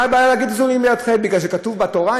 מה הבעיה להגיד גזולים בידכם, כי כתוב בתורה?